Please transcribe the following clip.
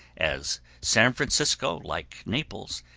as san francisco, like naples,